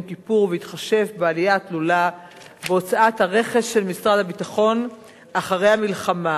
הכיפורים ובהתחשב בעלייה התלולה בהוצאת הרכש של משרד הביטחון אחרי המלחמה.